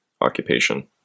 occupation